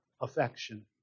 affection